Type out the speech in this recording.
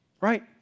Right